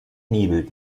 nebel